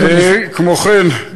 כמו כן,